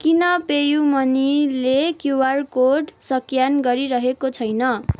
किन पेयू मनीले QR code scan गरिरहेको छैन